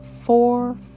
four